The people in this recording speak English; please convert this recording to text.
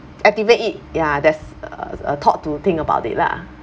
activate it ya that's uh a thought to think about it lah